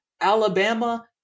Alabama